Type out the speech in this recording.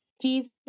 Jesus